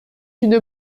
une